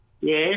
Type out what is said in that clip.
Yes